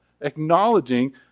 acknowledging